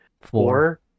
Four